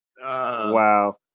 Wow